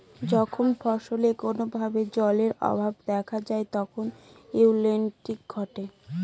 যখন ফসলে কোনো ভাবে জলের অভাব দেখা যায় তখন উইল্টিং ঘটে